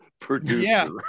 producer